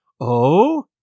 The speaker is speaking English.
Oh